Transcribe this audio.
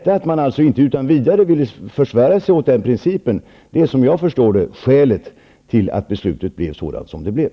Att man inte utan vidare försvär sig åt den principen är som jag förstår det skälet till att beslutet blev som det blev.